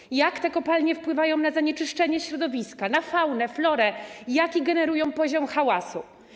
I jak te kopalnie wpływają na zanieczyszczenie środowiska, na faunę, florę, jaki generują poziom hałasu.